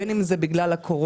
בין אם זה בגלל הקורונה,